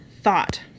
thought